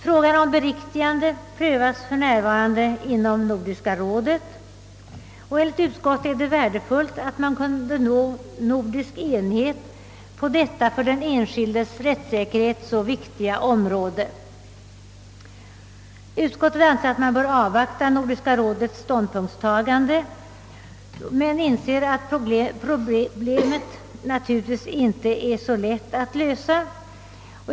Frågan om beriktigande prövas för närvarande inom Nordiska rådet. Enligt utskottet är det värdefullt om man kunde nå nordisk enighet på detta för den enskildes rättssäkerhet så viktiga område. Utskottet anser att man bör avvakta Nordiska rådets ståndpunktstagande men inser att problemet inte är så lätt att lösa.